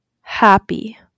happy